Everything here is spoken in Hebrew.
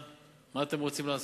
מה אתם רוצים לעשות?